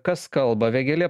kas kalba vėgėlė